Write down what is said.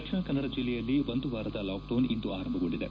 ದಕ್ಷಿಣ ಕನ್ನಡ ಜೆಲ್ಲೆಯಲ್ಲಿ ಒಂದು ವಾರದ ಲಾಕ್ಡೌನ್ ಇಂದು ಆರಂಭಗೊಂಡಿದೆ